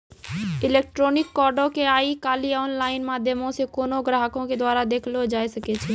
electronic कार्डो के आइ काल्हि आनलाइन माध्यमो से कोनो ग्राहको के द्वारा देखलो जाय सकै छै